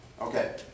Okay